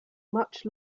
much